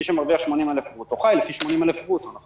מי שמרוויח 80,000 ברוטו, חי לפי 80,000 ברוטו ולא